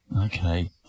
Okay